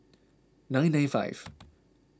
nine nine five